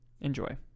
enjoy